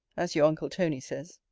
as your uncle tony says!